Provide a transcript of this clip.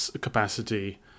capacity